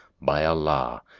by allah,